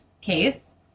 case